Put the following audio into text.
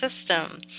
system